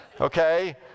okay